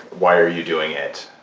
why are you doing it?